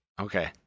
Okay